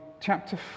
chapter